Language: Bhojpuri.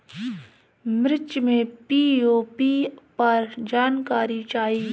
मिर्च मे पी.ओ.पी पर जानकारी चाही?